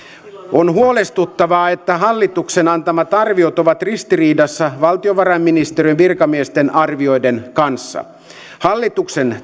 on huolestuttavaa että hallituksen antamat arviot ovat ristiriidassa valtiovarainministeriön virkamiesten arvioiden kanssa hallituksen